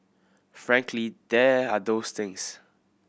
frankly there are those things